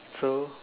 so